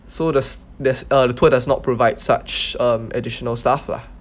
so there's there's uh the tour does not provide such um additional stuff lah